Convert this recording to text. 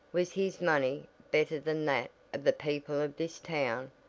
was his money better than that of the people of this town,